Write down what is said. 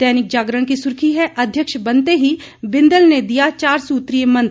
दैनिक जागरण की सुर्खी है अध्यक्ष बनते ही बिंदल ने दिया चार सूत्रीय मंत्र